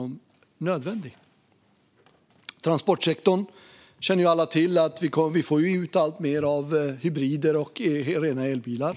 När det gäller transportsektorn känner alla till att vi får ut alltmer av hybrider och rena elbilar.